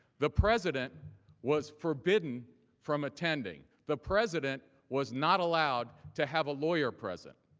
the president was forbidden from attending. the president was not allowed to have a lawyer present.